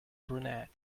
brunette